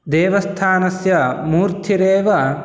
देवस्थानस्य मूर्तिरेव